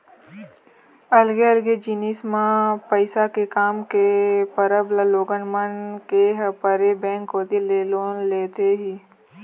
अलगे अलगे जिनिस मन म पइसा के काम के परब म लोगन मन ह के परे बेंक कोती ले लोन लेथे ही